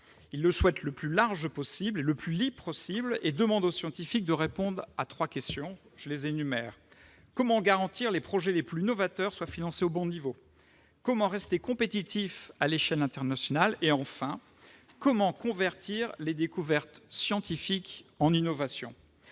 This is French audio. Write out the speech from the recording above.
Il le souhaite le plus large et le plus libre possible et demande aux scientifiques de répondre à trois questions :« Comment garantir que les projets les plus novateurs soient financés au bon niveau ? Comment rester compétitifs à l'échelle internationale ? Comment convertir les découvertes scientifiques en innovations ?